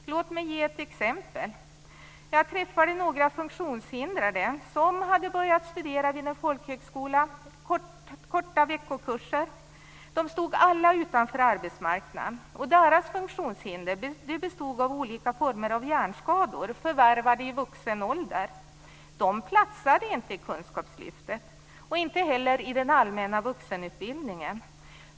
Låt mig ge ett exempel. Jag träffade några funktionshindrade som hade börjat genomgå korta veckoslutskurser vid en folkhögskola. De stod alla utanför arbetsmarknaden, och deras funktionshinder bestod av olika former av hjärnskador förvärvade i vuxen ålder. Dessa funktionshindrade platsade inte i kunskapslyftet och inte heller i den allmänna vuxenutbildningen.